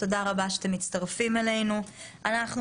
אני פותחת את ישיבת הוועדה בנושא הצעת